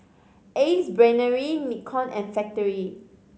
Ace Brainery Nikon and Factorie